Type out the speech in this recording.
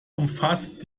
umfasst